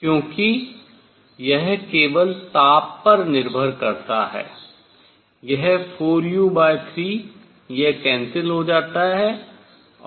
क्योंकि यह केवल ताप पर निर्भर करता है